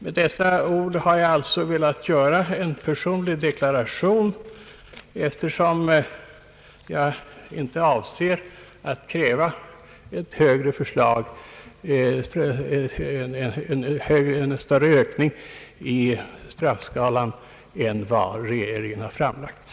Med dessa ord har jag, herr talman, velat göra en personlig deklaration om varför jag inte avser att stödja krav på en större ökning av straffskalan än vad regeringen har föreslagit.